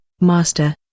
master